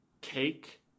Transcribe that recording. cake